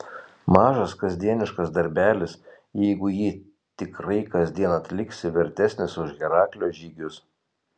mažas kasdieniškas darbelis jeigu jį tikrai kasdien atliksi vertesnis už heraklio žygius